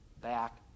back